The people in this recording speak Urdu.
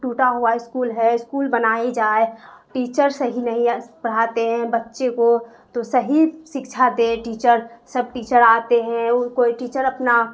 ٹوٹا ہوا اسکول ہے اسکول بنائی جائے ٹیچر صحیح نہیں پڑھاتے ہیں بچے کو تو صحیح سکچھا دے ٹیچر سب ٹیچر آتے ہیں وہ کوئی ٹیچر اپنا